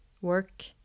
work